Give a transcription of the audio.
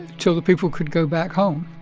till the people could go back home.